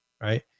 Right